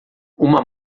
uma